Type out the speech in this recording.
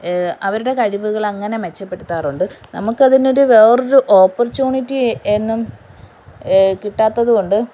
അവരുടെ കഴിവുകൾ അങ്ങനെ മെച്ചപ്പെടുത്താറുണ്ട് നമുക്കതിനൊരു വേറൊരു ഓപ്പർച്യുണിറ്റി എന്നും കിട്ടാത്തതുകൊണ്ട്